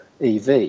EV